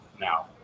now